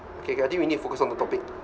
okay okay I think we need focus on the topic